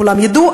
כולם ידעו,